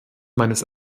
meines